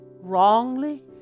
wrongly